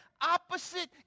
opposite